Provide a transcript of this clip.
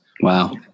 Wow